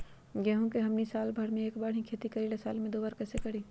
गेंहू के हमनी साल भर मे एक बार ही खेती करीला साल में दो बार कैसे करी?